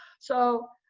so,